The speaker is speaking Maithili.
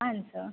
पाँच सए